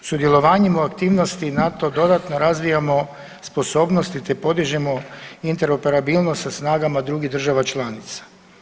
Sudjelovanjem u aktivnosti NATO dodatno razvijamo sposobnosti, te podižemo interoperabilnost sa snagama drugih država članica.